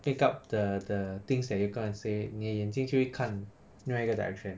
make up the the things that you going to say 你眼睛就会看另一个 direction